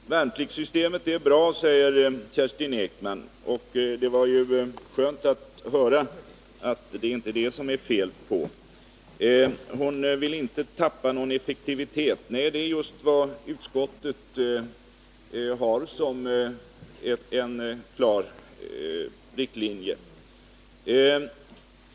Herr talman! Värnpliktssystemet är bra, säger Kerstin Ekman. Det var ju skönt att höra det erkännandet. Fru Ekman vill inte tappa någon effektivitet. Nej, det är just vad utskottet har som en klar riktlinje.